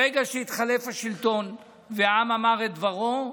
ברגע שהתחלף השלטון והעם אמר את דברו,